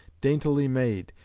daintily made,